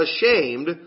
ashamed